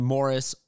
Morris